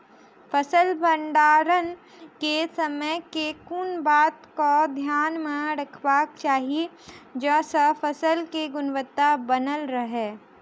फसल भण्डारण केँ समय केँ कुन बात कऽ ध्यान मे रखबाक चाहि जयसँ फसल केँ गुणवता बनल रहै?